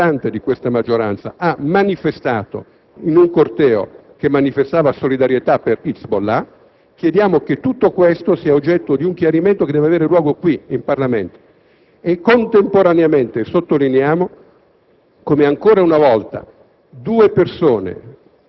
Non dimentichiamo che il segretario di un partito importante di questa maggioranza ha manifestato in un corteo che esprimeva solidarietà ad Hezbollah. Chiediamo che tutto ciò sia oggetto di un chiarimento che deve avere luogo qui in Parlamento. Contemporaneamente, sottolineiamo